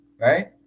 right